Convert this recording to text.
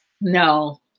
No